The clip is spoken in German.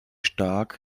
stark